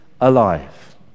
alive